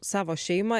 savo šeimą